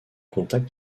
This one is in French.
contact